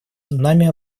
нами